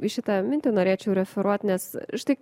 į šitą mintį norėčiau referuot nes štai